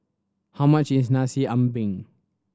how much is Nasi Ambeng